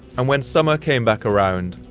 and when summer came back around,